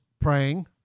praying